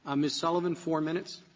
ah miss sullivan. four minutes.